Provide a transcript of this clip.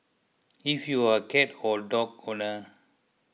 if you are a cat or dog owner